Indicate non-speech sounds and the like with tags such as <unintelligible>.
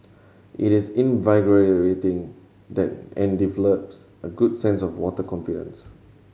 it is <unintelligible> that and develops a good sense of water confidence